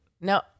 No